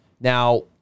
Now